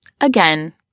Again